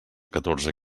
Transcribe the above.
catorze